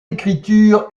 écriture